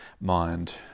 mind